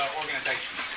organization